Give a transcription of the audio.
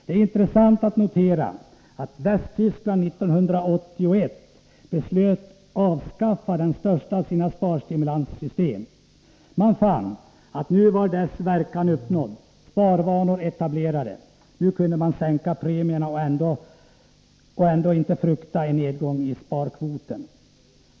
Det är intressant att notera att Västtyskland beslöt att avskaffa det största av sina sparstimulanssystem år 1981. Man fann då att dess verkan var uppnådd, att sparvanor var etablerade. Man kunde sänka premieringen utan att behöva frukta en nedgång i sparkvoten.